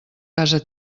casa